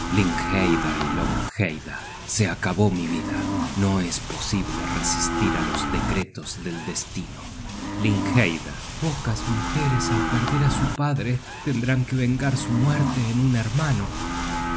se acabó mi vida no es posible resistir á los decretos del destino pocas mujeres al perder á su padre tendrán que vengar su muerte en un hermano